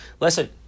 listen